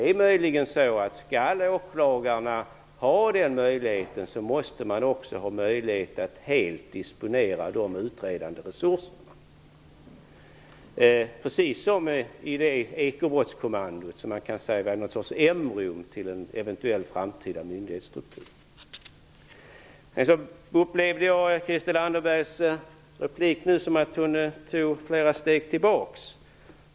Om åklagarna skall ha den möjligheten måste de också kunna disponera utredningsresurserna helt, precis som i fråga om det ekobrottskommando som var en sorts embryo till en eventuell framtida myndighetsstruktur. Jag upplevde det som Christel Anderberg sade i sin replik som att hon tog flera steg tillbaka.